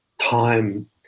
time